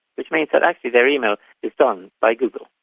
which means that actually their email is done by google.